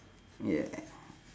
yeah